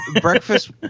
Breakfast